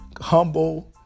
humble